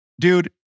dude